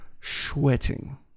sweating